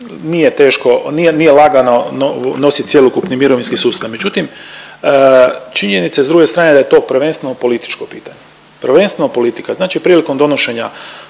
nije teško, nije lagano nosit cjelokupni mirovinski sustav. Međutim činjenica je s druge strane da je to prvenstveno političko pitanje. Prvenstveno politika, znači prilikom donošenja